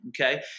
Okay